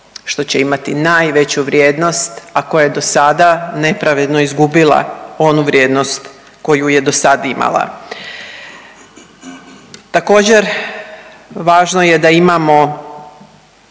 što će imati najveću vrijednost, a koja je do sada nepravedno izgubila onu vrijednost koju je do sad imala. Također važno je da imamo